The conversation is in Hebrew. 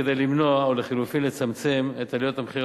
כדי למנוע או לחלופין לצמצם את עליות מחיר